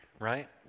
right